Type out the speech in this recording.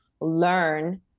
learn